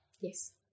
Yes